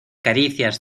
caricias